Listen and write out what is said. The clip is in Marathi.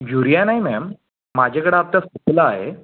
युरिया नाही मॅम माझ्याकडं आत्ता सुफला आहे